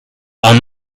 are